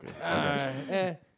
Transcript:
okay